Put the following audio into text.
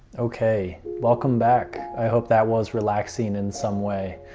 okay, welcome back. i hope that was relaxing in some way.